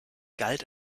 galt